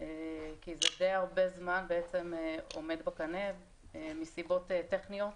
כי זה די הרבה זמן עומד בקנה מסיבות טכניות